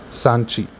Sanchi